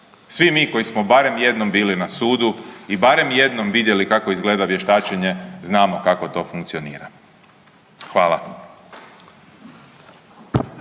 Svi mi koji smo barem jednom bili na sudu i barem jednom vidjeli kako izgleda vještačenje znamo kako to funkcionira. Hvala.